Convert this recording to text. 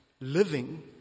living